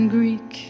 Greek